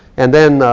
and then,